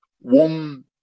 One